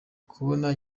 kubona